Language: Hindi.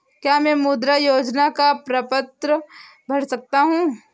क्या मैं मुद्रा योजना का प्रपत्र भर सकता हूँ?